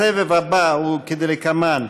הסבב הבא הוא כדלקמן: